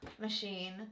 machine